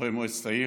חברי מועצת העיר,